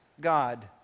God